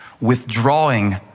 withdrawing